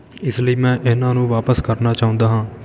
ਇਸ ਲਈ ਮੈਂ ਇਹਨਾਂ ਨੂੰ ਵਾਪਸ ਕਰਨਾ ਚਾਹੁੰਦਾ ਹਾਂ